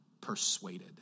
persuaded